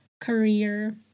career